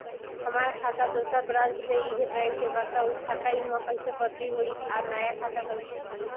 हमार खाता दोसर ब्रांच में इहे बैंक के बा त उ खाता इहवा कइसे बदली होई आ नया खाता कइसे खुली?